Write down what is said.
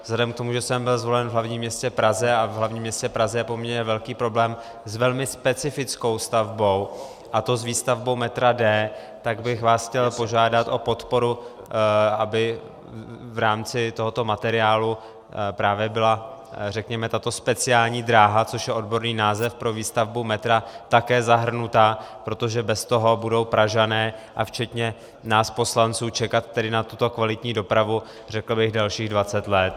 Vzhledem k tomu, že jsem byl zvolen v hlavním městě Praze a v hlavním městě Praze je poměrně velký problém s velmi specifickou stavbou, a to s výstavbou metra D, tak bych vás chtěl požádat o podporu, aby v rámci tohoto materiálu právě byla tato speciální dráha, což je odborný název pro výstavbu metra, také zahrnuta, protože bez toho budou Pražané včetně nás poslanců čekat tedy na tuto kvalitní dopravu řekl bych dalších dvacet let.